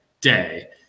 day